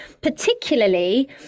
particularly